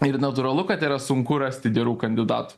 ir natūralu kad yra sunku rasti gerų kandidatų